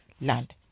land